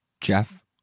Jeff